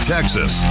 Texas